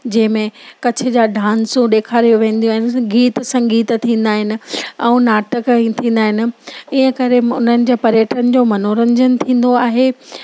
जंहिं में कच्छ जा डांसूं ॾेखारियो वेंदियूं आहिनि गीत संगीत थींदा आहिनि ऐं नाटक ई थींदा आहिनि ईअं करे उन्हनि जे पर्यटन जो मनोरंजन थींदो आहे